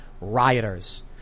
rioters